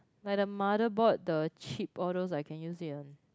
like the motherboard the chip all those I can use it on